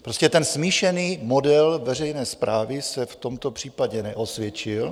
Prostě smíšený model veřejné správy se v tomto případě neosvědčil.